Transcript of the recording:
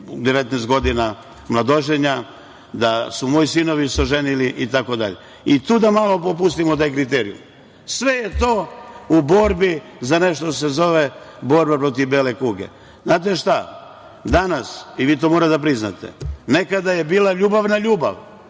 19 godina mladoženja, da su se moji sinovi itd. Tu da malo popustimo taj kriterijum. Sve je to u borbi za nešto što se zove borba protiv bele kuge. Znate šta, danas, i vi to morate da priznate, nekada je bila ljubav… **Marija